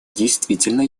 действительно